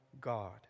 God